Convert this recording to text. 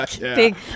big